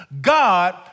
God